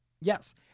Yes